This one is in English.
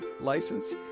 license